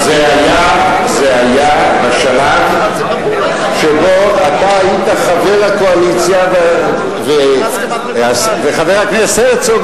זה היה בשלב שבו אתה היית חבר הקואליציה וחבר הכנסת הרצוג